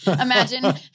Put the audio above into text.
Imagine